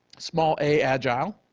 small a agile.